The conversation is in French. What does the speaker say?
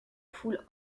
foule